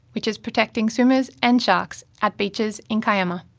which is protecting swimmers and sharks at beaches in kiama.